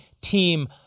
team